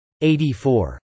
84